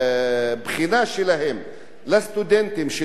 לאלה של הסטודנטים שלומדים במדינת ישראל,